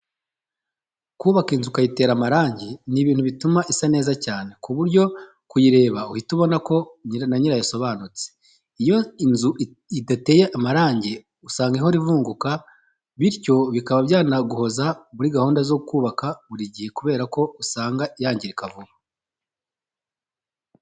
Kubaka inzu ukayitera amarangi ni ibintu bituma isa neza cyane ku buryo kuyireba uhita ubona ko na nyirayo asobanutse. Iyo inzu idateye amarangi usanga ihora ivunguka bityo bikaba byanaguhoza muri gahunda zo kubaka buri gihe kubera ko usanga yangirika vuba.